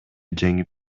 жеңип